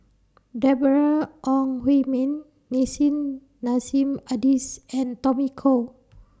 Deborah Ong Hui Min Nissim Nassim Adis and Tommy Koh